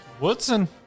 Woodson